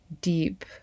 deep